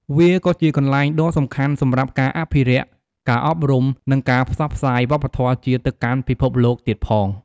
វាក៏ជាកន្លែងដ៏សំខាន់សម្រាប់ការអភិរក្ស ការអប់រំ និងការផ្សព្វផ្សាយវប្បធម៌ជាតិទៅកាន់ពិភពលោកទៀតផង។